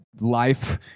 life